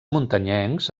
muntanyencs